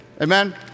Amen